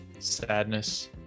sadness